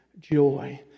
joy